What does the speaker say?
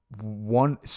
one